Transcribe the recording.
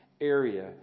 area